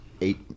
eight